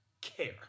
care